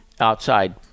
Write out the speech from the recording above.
outside